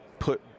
put